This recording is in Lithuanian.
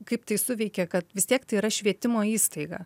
kaip tai suveikė kad vis tiek tai yra švietimo įstaiga